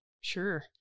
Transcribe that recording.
Sure